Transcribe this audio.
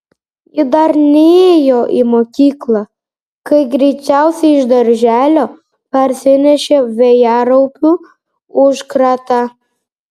ji dar nėjo į mokyklą kai greičiausiai iš darželio parsinešė vėjaraupių užkratą